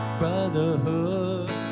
brotherhood